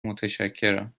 متشکرم